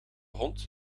hond